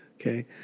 Okay